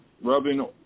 rubbing